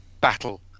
battle